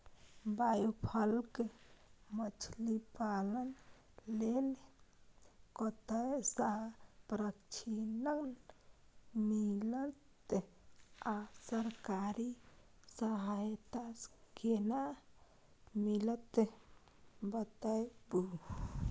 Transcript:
Biofloc मछलीपालन लेल कतय स प्रशिक्षण मिलत आ सरकारी सहायता केना मिलत बताबू?